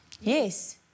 Yes